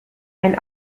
ein